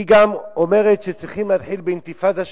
היא גם אומרת שצריכים להתחיל באינתיפאדה שלישית.